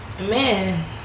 Man